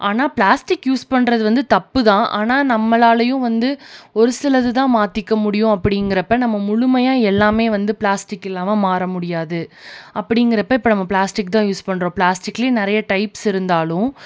ஆனால் plastic use பண்ணுறது வந்து தப்புதான் ஆனால் நம்மளாலையும் வந்து ஒரு சிலதுதான் மாற்றிக்க முடியும் அப்படிங்கிறப்ப நம்ம முழுமையாக எல்லாமே வந்து பிளாஸ்டிக் இல்லாமல் மாற முடியாது அப்படிங்கிறப்ப இப்போ நம்ம பிளாஸ்டிக்தான் யூஸ் பண்ணுறோம் பிளாஸ்டிக்லயும் நிறையா டைப்ஸ் இருந்தாலும்